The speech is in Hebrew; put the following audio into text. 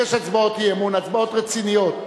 יש הצבעות אי-אמון, הצבעות רציניות.